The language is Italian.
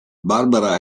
barbara